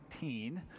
18